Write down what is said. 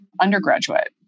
undergraduate